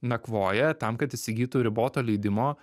nakvoja tam kad įsigytų riboto leidimo